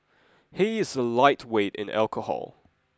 he is a lightweight in alcohol